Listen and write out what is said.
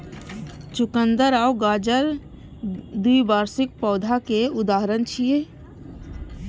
चुकंदर आ गाजर द्विवार्षिक पौधाक उदाहरण छियै